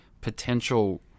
potential